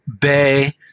Bay